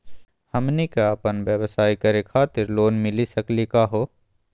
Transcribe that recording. हमनी क अपन व्यवसाय करै खातिर लोन मिली सकली का हो?